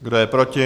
Kdo je proti?